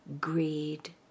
greed